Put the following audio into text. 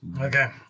Okay